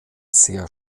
sehr